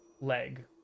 leg